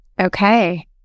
Okay